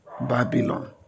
Babylon